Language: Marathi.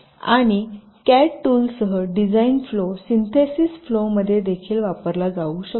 आणि कॅड टूलसह डिझाइन फ्लो सिन्थेसिस फ्लोमध्ये देखील वापरला जाऊ शकतो